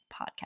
podcast